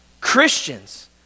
Christians